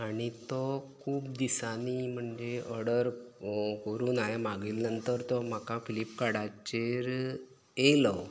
आनी तो खूब दिसांनी म्हणजे ऑर्डर करून हांवे मागयल नंतर तो म्हाका फ्लिपकार्टाचेर येयलो